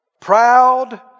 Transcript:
proud